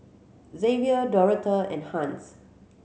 Xzavier Dorotha and Hans